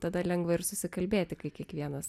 tada lengva ir susikalbėti kai kiekvienas